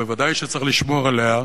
ודאי שצריך לשמור עליה,